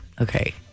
Okay